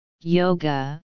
Yoga